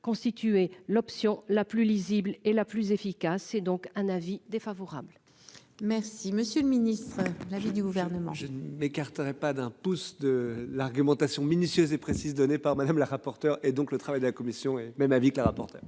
constituée l'option la plus lisible et la plus efficace et donc un avis défavorable. Merci Monsieur le Ministre. L'avis du gouvernement. Écarterait pas d'un pouce de l'argumentation minutieuses et précises données par Madame la rapporteure et donc le travail de la commission et même avis que le rapporteur.